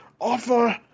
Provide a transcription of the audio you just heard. offer